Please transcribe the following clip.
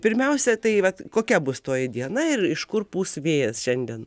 pirmiausia tai vat kokia bus toji diena ir iš kur pūs vėjas šiandien